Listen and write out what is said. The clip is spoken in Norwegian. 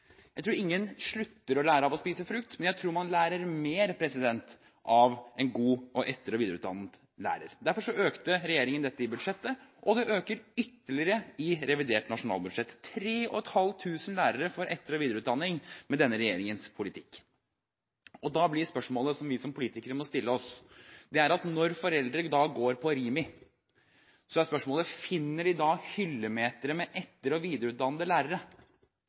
Jeg tror ingen slutter å lære av å spise frukt, men jeg tror man lærer mer av en god og etter- og videreutdannet lærer. Derfor økte regjeringen bevilgningene til dette i budsjettet, og de økes ytterligere i revidert nasjonalbudsjett. 3 500 lærere får etter- og videreutdanning med denne regjeringens politikk. Da blir spørsmålet som vi som politikere må stille oss: Når foreldre går på Rimi, finner de da hyllemeter med etter- og videreutdannete lærere?